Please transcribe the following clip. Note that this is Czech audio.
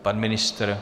Pan ministr?